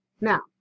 Now